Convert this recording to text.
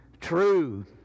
True